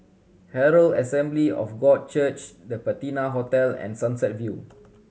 Herald Assembly of God Church The Patina Hotel and Sunset View